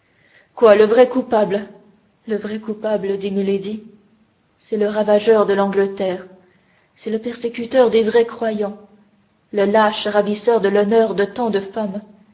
quoi le vrai coupable le vrai coupable dit milady c'est le ravageur de l'angleterre le persécuteur des vrais croyants le lâche ravisseur de l'honneur de tant de femmes